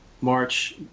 March